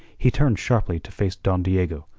he turned sharply to face don diego,